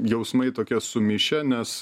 jausmai tokie sumišę nes